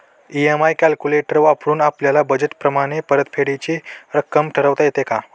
EMI calculator वापरून आपापल्या budget प्रमाणे परतफेडीची रक्कम ठरवता येते का?